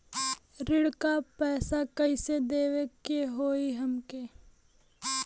ऋण का पैसा कइसे देवे के होई हमके?